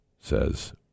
says